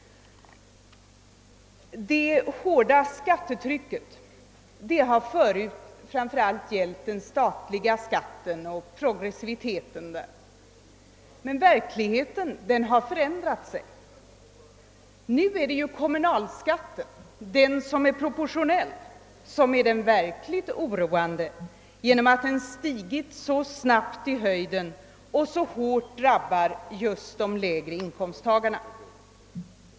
Det hårda skattetrycket har förut gällt framför allt den statliga skatten och progressiviteten för denna. Men verkligheten har förändrat sig. Nu är det kommunalskatten, den som är proportionell, som är verkligt oroande genom att den stigit så snabbt i höjden och så hårt drabbar just de lägre inkomsttagarna.